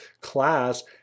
class